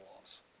laws